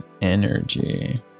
energy